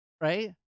right